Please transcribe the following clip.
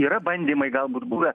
yra bandymai galbūt buvę